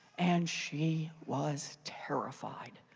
and she was terrified.